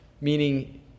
Meaning